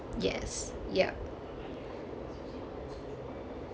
yes yup